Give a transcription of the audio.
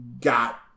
got